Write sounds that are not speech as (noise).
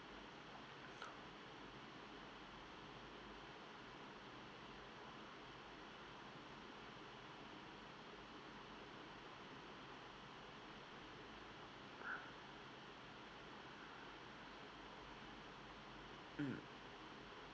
(breath) (breath) mm